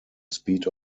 speed